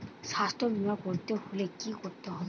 স্বাস্থ্যবীমা করতে হলে কি করতে হবে?